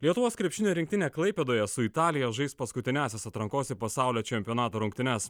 lietuvos krepšinio rinktinė klaipėdoje su italija žais paskutiniąsias atrankos į pasaulio čempionato rungtynes